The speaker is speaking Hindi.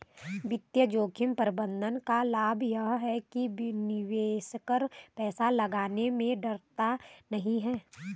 वित्तीय जोखिम प्रबंधन का लाभ ये है कि निवेशक पैसा लगाने में डरता नहीं है